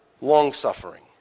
Long-suffering